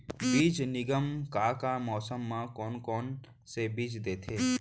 बीज निगम का का मौसम मा, कौन कौन से बीज देथे?